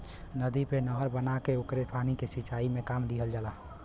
नदी पे नहर बना के ओकरे पानी के सिंचाई में काम लिहल जाला